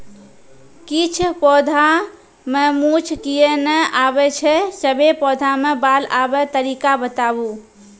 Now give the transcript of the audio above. किछ पौधा मे मूँछ किये नै आबै छै, सभे पौधा मे बाल आबे तरीका बताऊ?